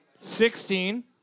sixteen